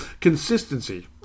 Consistency